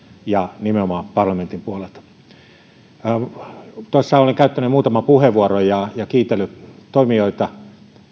ja nimenomaan parlamentin puolelta olen käyttänyt muutaman puheenvuoron ja ja kiitellyt toimijoita